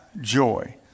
Joy